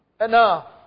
enough